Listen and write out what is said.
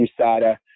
USADA